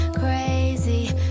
crazy